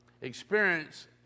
Experience